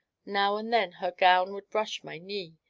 now and then her gown would brush my knee,